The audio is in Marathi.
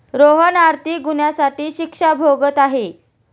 रोहन आर्थिक गुन्ह्यासाठी शिक्षा भोगत आहे